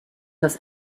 das